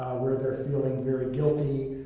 where they're feeling very guilty,